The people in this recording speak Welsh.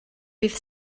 bydd